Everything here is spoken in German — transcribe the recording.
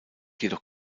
jedoch